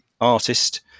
artist